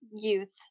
youth